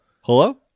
Hello